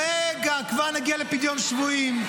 רגע, כבר נגיע לפדיון שבויים.